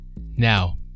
Now